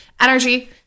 energy